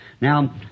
Now